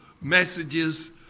messages